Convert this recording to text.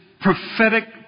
prophetic